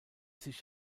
sich